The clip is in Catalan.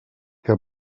que